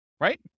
right